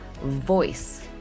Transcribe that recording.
voice